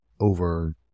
over